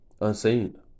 Unseen